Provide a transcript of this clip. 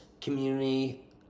community